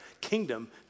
kingdom